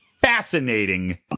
fascinating